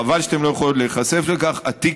חבל שאתן לא יכולות להיחשף לכך: התיק